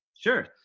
Sure